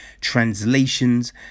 translations